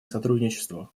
сотрудничеству